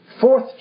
fourth